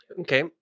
Okay